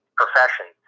profession